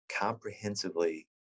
comprehensively